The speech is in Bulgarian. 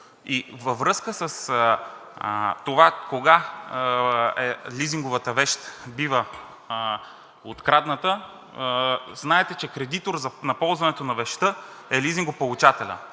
И във връзка с това кога лизинговата вещ бива открадната, знаете, че кредитор на ползването на вещта е лизингополучателят.